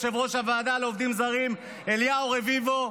יושב-ראש הוועדה לעובדים זרים אליהו רביבו.